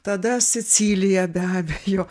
tada sicilija be abejo